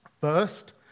First